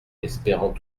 espérant